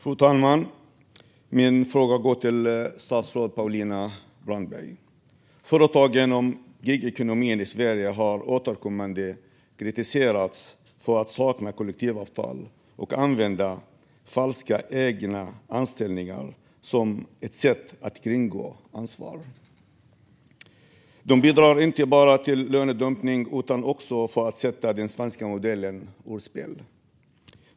Fru talman! Min fråga går till statsrådet Paulina Brandberg. Företag inom gigekonomin i Sverige har återkommande kritiserats för att sakna kollektivavtal och använda falska egna anställningar som ett sätt att kringgå ansvar. De bidrar inte bara till lönedumpning utan också till att sätta den svenska modellen ur spel.